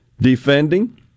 defending